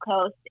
Coast